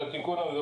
את התיקון הזה,